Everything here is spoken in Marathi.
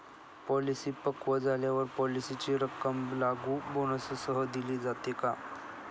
पॉलिसी पक्व झाल्यावर पॉलिसीची रक्कम लागू बोनससह दिली जाते का?